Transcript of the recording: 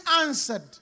answered